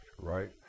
right